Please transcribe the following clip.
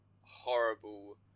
horrible